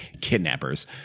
kidnappers